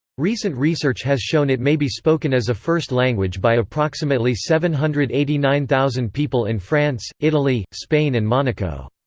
recent research has shown it may be spoken as a first language by approximately seven hundred and eighty nine thousand people in france, italy, spain and monaco.